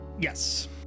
Yes